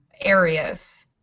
areas